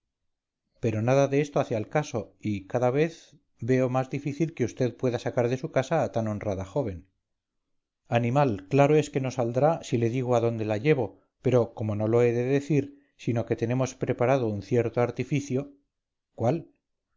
pero nada de eso hace al caso y cada vezveo más difícil que vd pueda sacar de su casa a tan honrada joven animal claro es que no saldrá si le digo a dónde la llevo pero como no lo he de decir sino que tenemos preparado un cierto artificio cuál